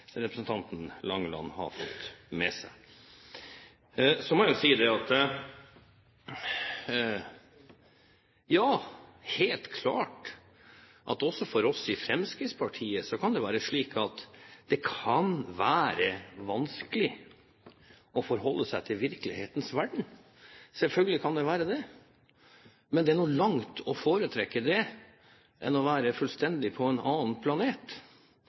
representanten Langeland ha fått med seg. Så må jeg jo si: Ja, helt klart kan det også for oss i Fremskrittspartiet være slik at det kan være vanskelig å forholde seg til virkelighetens verden. Selvfølgelig kan det være det. Men det er langt mer å foretrekke enn å være fullstendig på en annen planet,